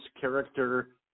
character